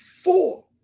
four